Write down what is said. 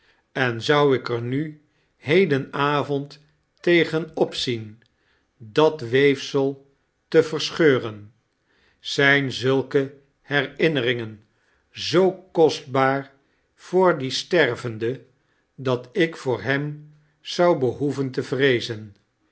en zou ik er nu heden avond tegen opaien dat weefsel te verscheuren zijn zulke herinneringen zoo kostbaar voor dien stervende dat it voor hem zou behoevein te vreezen